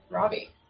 Robbie